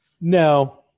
No